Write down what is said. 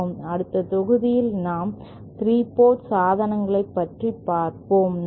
அடுத்து தொகுதியில் நாம் 3 போர்ட் சாதனங்களை பற்றி பார்ப்போம் நன்றி